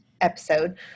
episode